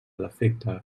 defecte